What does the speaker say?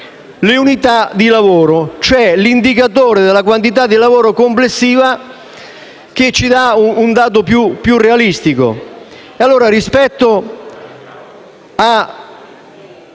le unità di lavoro, l'indicatore della quantità di lavoro complessiva che ci dà un dato più realistico.